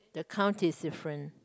the count is different